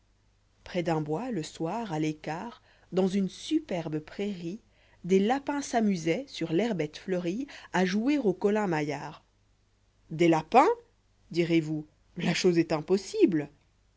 près d'un bois le soir à l'écart d'ans une superbe prairie des lapins s amusoient sur l'herbette fleurie a jouer au colin-maillard des lapins direz-vous la chose est impossible